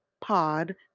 pod